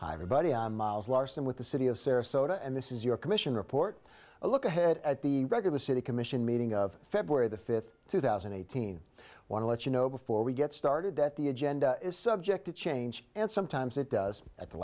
everybody i'm miles larsen with the city of sarasota and this is your commission report a look ahead at the regular city commission meeting of february the fifth two thousand and eighteen want to let you know before we get started that the agenda is subject to change and sometimes it does at the